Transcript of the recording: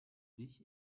dich